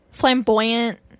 flamboyant